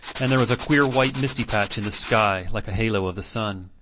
and there was a queer white misty patch in the sky like a halo of the sun.